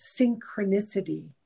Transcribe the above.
synchronicity